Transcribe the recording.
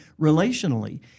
relationally